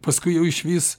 paskui jau išvis